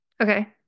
Okay